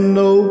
no